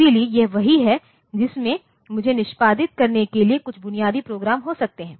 इसलिए यह वही है जिसमें मुझे निष्पादित करने के लिए कुछ बुनियादी प्रोग्राम हो सकते हैं